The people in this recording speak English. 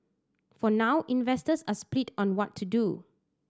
for now investors are split on what to do